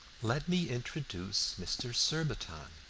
let me introduce mr. surbiton